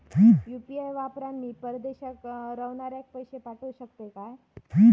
UPI वापरान मी परदेशाक रव्हनाऱ्याक पैशे पाठवु शकतय काय?